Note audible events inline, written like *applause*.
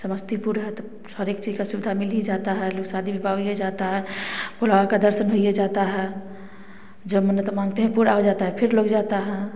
समस्तीपुर है तो हर एक चीज का सुविधा मिल ही जाता है लोग शादी विवाह में भी जाता है *unintelligible* दर्शन भी हो ही जाता है जो मन्नत माँगते हैं पूरा हो जाता है फिर लोग जाता है